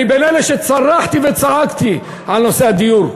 אני בין אלה שצרחו וצעקו על נושא הדיור.